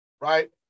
right